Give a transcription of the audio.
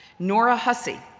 nora hussey,